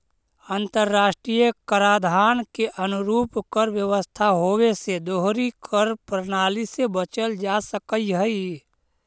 अंतर्राष्ट्रीय कराधान के अनुरूप कर व्यवस्था होवे से दोहरी कर प्रणाली से बचल जा सकऽ हई